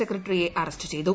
സെക്രട്ടറിയെ അറസ്റ്റ് ചെയ്തു